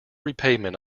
repayment